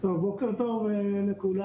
בוקר טוב לכולם.